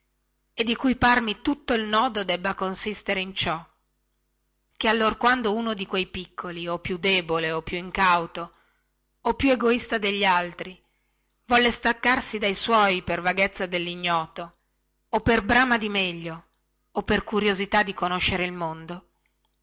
e di cui parmi tutto il nodo debba consistere in ciò che allorquando uno di quei piccoli o più debole o più incauto o più egoista degli altri volle staccarsi dai suoi per vaghezza dellignoto o per brama di meglio o per curiosità di conoscere il mondo